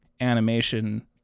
animation